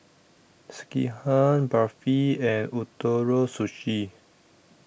Sekihan Barfi and Ootoro Sushi